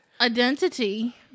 Identity